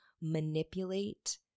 manipulate